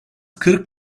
kırk